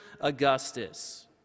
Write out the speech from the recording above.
Augustus